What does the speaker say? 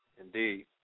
indeed